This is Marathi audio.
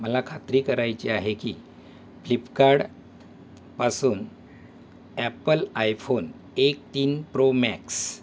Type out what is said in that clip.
मला खात्री करायची आहे की फ्लिपकार्डपासून ॲप्पल आयफोन एक तीन प्रो मॅक्स्स्